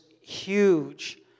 huge